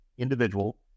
individual